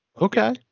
okay